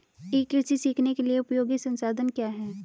ई कृषि सीखने के लिए उपयोगी संसाधन क्या हैं?